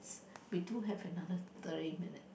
we two have another thirty minutes